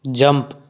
jump